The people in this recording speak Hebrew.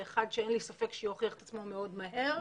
ואחד שאין לי ספק שיוכיח את עצמו מאוד מהר,